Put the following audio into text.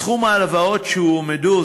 סכום ההלוואות שהועמדו,